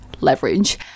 leverage